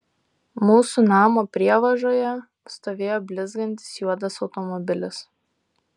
mūsų namo prievažoje stovėjo blizgantis juodas automobilis